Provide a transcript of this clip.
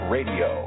Radio